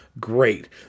great